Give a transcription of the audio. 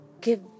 give